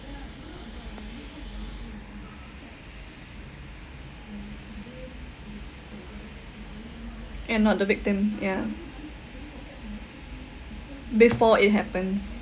and not the victim yeah before it happens